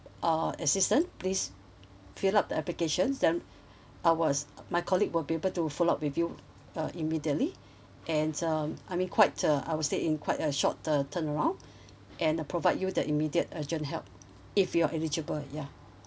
uh assistance please fill up the applications then ours my colleague will be able to follow up with you uh immediately and um I mean quite uh I'd say in quite a short uh turn around and uh provide you the immediate urgent help if you're eligible ya